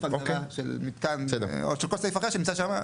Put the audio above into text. הגדרה של מתקן או כל סעיף אחר שנמצא שם.